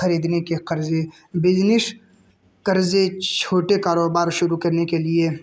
خریدنے کے قرضے بزنس قرضے چھوٹے کاروبار شروع کرنے کے لیے